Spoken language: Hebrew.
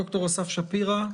ד"ר אסף שפירא,